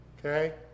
Okay